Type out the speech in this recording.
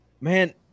man